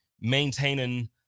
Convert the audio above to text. maintaining